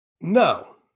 no